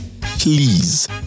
please